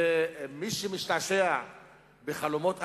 ומי שמשתעשע בחלומות אחרים,